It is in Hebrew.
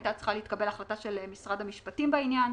הייתה צריכה להתקבל החלטה של משרד המשפטים בעניין.